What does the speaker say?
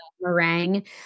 meringue